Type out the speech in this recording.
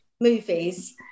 movies